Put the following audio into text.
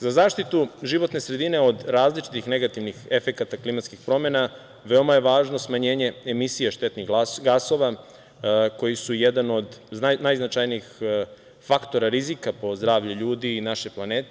Za zaštitu životne sredine od različitih negativnih efekata klimatskih promena veoma je važno smanjenje emisije štetnih gasova, koji su jedan od najznačajnijih faktora rizika po zdravlje ljudi i naše planete.